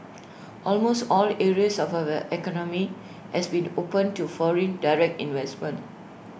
almost all areas of our economy has been opened to foreign direct investment